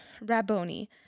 Rabboni